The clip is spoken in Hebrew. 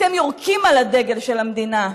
אתם יורקים על הדגל של המדינה,